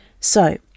So